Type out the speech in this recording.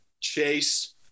Chase